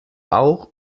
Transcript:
auch